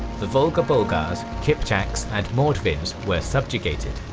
the volga bulghars, kipchaks and mordvins were subjugated.